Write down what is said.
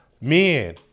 men